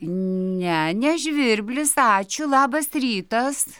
ne ne žvirblis ačiū labas rytas